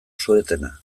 suetena